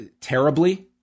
terribly